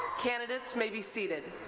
candidates may be seated.